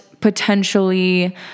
potentially